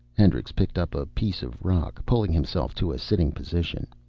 hendricks picked up a piece of rock, pulling himself to a sitting position.